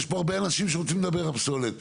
יש הרבה אנשים שרוצים לדבר על פסולת,